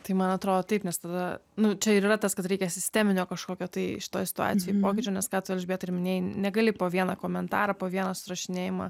tai man atrodo taip nes tada nu čia ir yra tas kad reikia sisteminio kažkokio tai šitoj situacijoj pokyčio nes ką tu elžbieta ir minėjai negali po vieną komentarą po vieną susirašinėjimą